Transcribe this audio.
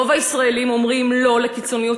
רוב הישראלים אומרים "לא" לקיצוניות